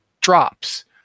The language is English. drops